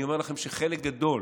אני אומר לכם שחלק גדול